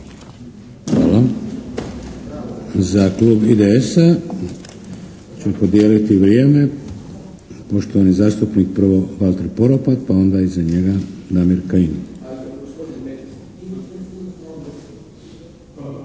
Hvala. Za klub IDS-a ću podijeliti vrijeme. Poštovani zastupnik prvo Valter Poropat, pa onda iza njega Damir Kajin.